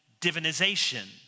divinization